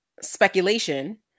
speculation